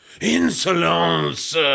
Insolence